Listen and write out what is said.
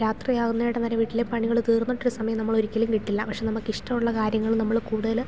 രാത്രി ആകുന്ന ഇടം വരെ വീട്ടിലെ പണികൾ തീർന്നിട്ട് സമയം നമ്മൾ ഒരിക്കലും കിട്ടില്ല പക്ഷെ നമുക്ക് ഇഷ്ടമുള്ള കാര്യങ്ങൾ നമ്മൾ കൂടുതൽ